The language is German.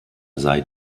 sei